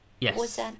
Yes